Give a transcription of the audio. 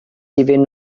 iddyn